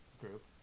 group